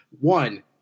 One